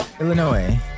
Illinois